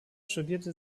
studierte